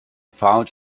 found